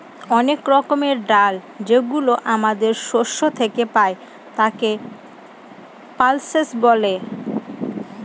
অনেক রকমের ডাল যেগুলো আমাদের শস্য থেকে পাই, তাকে পালসেস বলে